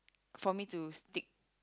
for me to stick